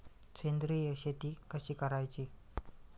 सेंद्रिय शेती कशी करायची?